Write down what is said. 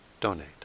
donate